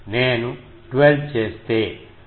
నేను 12 చేస్తే అది0